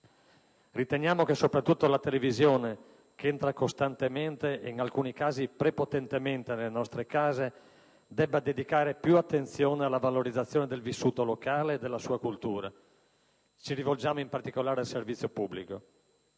Riteniamo che soprattutto la televisione, che entra costantemente e, in alcuni casi, prepotentemente nelle nostre case, debba dedicare più attenzione alla valorizzazione del vissuto locale e della sua cultura. Ci rivolgiamo in particolare al servizio pubblico.